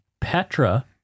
Petra